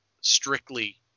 strictly